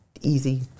easy